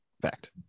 fact